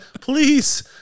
please